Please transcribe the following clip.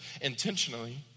intentionally